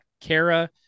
Kara